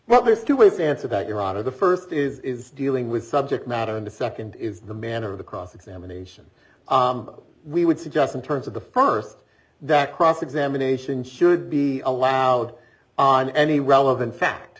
well there's two ways answer that you're out of the first is dealing with subject matter and the second is the manner of the cross examination we would suggest in terms of the first that cross examination should be allowed on any relevant fact